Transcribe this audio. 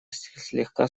слегка